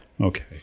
Okay